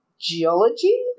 geology